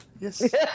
Yes